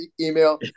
email